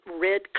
red